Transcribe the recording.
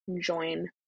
join